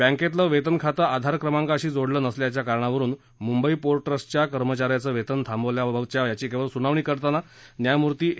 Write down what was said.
बँकेतलं वेतन खातं आधार क्रमांकाशी जोडलं नसल्याच्या कारणावरुन मुंबई पोर्ट ट्रस्ट च्या कर्मचा याचं वेतन थांबवल्या बाबतच्या याचिकेवर सुनावणी करताना न्यायमूर्ती ए